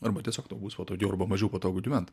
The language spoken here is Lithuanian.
arba tiesiog tau bus patogiau arba mažiau patogu gyvent